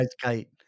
kite